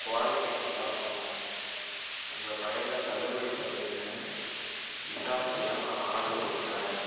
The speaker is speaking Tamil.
குவாலிட்டி நல்லா இருக்கணும் உங்கள் கடையில் தள்ளுபடி பண்ணுவீங்கனு விசாரித்து தான் நான் ஆட்ரு கொடுக்குறேன்